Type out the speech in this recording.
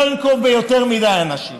ואני לא אנקוב בשמות של יותר מדי אנשים: